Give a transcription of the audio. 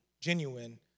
genuine